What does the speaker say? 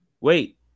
Wait